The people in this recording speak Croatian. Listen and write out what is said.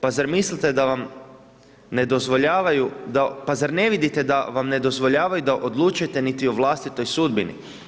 Pa zar mislite da vam ne dozvoljavaju, pa zar ne vidite da vam ne dozvoljavaju da odlučujete niti o vlastitoj sudbini?